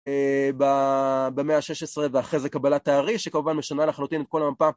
במאה ה-16 ואחרי זה קבלת הארי שכמובן משנה לחלוטין את כל המפה